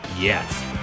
Yes